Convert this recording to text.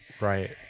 right